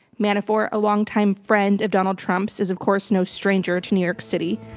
manafort, a longtime friend of donald trump's, is of course no stranger to new york city,